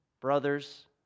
brothers